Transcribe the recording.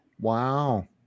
wow